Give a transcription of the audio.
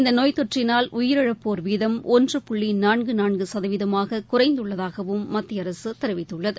இந்த நோய் தொற்றினால் உயிரிழப்போர் வீதம் ஒன்று புள்ளி நான்கு நான்கு சதவீதமாக குறைந்துள்ளதாகவும் மத்திய அரசு தெரிவித்துள்ளது